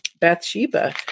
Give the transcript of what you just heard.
Bathsheba